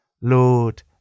Lord